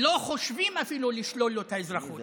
לא חושבים אפילו לשלול את האזרחות שלו.